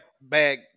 bag